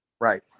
Right